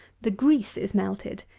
the grease is melted,